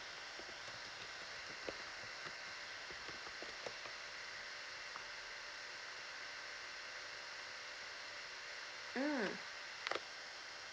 mm